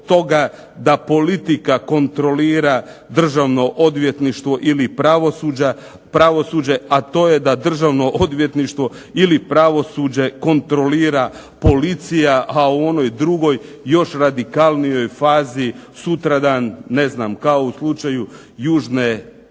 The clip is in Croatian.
da politika kontrolira Državno odvjetništvo ili pravosuđe, a to je da državno odvjetništvo ili pravosuđe kontrolira policija, a u onoj drugoj još radikalnijoj fazi sutradan, kao u slučaju južne